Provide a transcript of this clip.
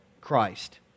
Christ